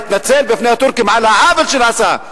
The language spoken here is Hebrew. להתנצל בפני הטורקים על העוול שנעשה,